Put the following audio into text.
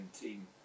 team